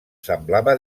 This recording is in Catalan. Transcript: semblava